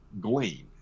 glean